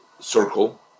circle